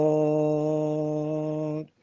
Lord